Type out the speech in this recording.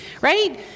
right